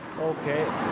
Okay